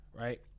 Right